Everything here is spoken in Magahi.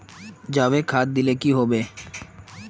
जाबे खाद दिले की होबे?